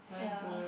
ya